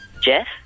Jeff